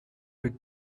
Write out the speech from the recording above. big